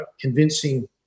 convincing